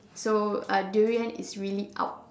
so uh durian is really out